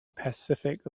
pacific